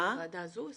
בוועדה הזו?